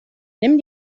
nimm